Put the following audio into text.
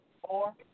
Four